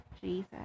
Jesus